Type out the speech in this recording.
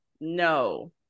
no